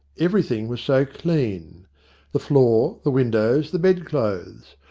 everything was so clean the floor, the windows, the bed-clothes.